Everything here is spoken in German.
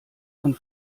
von